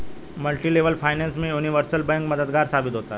multilevel finance में universal bank मददगार साबित होता है